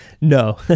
no